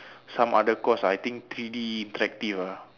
some other course ah I think three D interactive ah